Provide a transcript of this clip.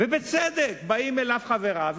בצדק באים אליו חבריו,